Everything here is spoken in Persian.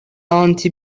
آنتی